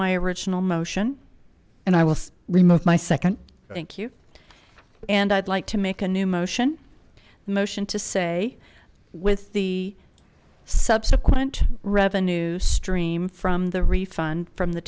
my original motion and i will remove my second thank you and i'd like to make a new motion motion to say with the subsequent revenue stream from the refund from the